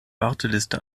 warteliste